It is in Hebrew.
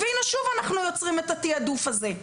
והנה, שוב אנחנו יוצרים את התעדוף הזה.